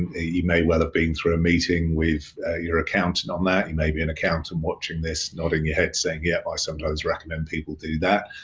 you may well have been through a meeting with your accountant on that, you may be an accountant watching this and nodding your head saying, yep, i sometimes recommend people do that.